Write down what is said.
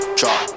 drop